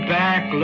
back